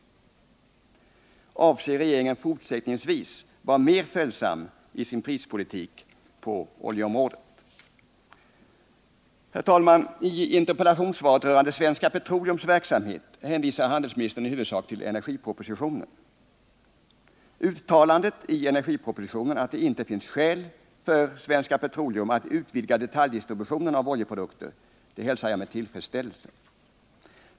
Avser regeringen fortsättningsvis att vara mer följsam i sin prispolitik på oljeområdet? I interpellationssvaret rörande Svenska Petroleums verksamhet hänvisar handelsministern i huvudsak till energipropositionen. Uttalandet i energipropositionen att det inte finns skäl för Svenska Petroleum att utvidga detaljdistributionen av oljeprodukter hälsar jag med tillfredsställelse.